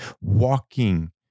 walking